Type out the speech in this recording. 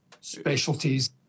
specialties